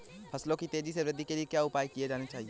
फसलों की तेज़ी से वृद्धि के लिए क्या उपाय किए जाने चाहिए?